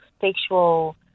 sexual